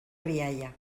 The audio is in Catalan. rialla